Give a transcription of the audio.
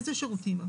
איזה שירותים?